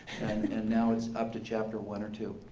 and now it's up to chapter one or two.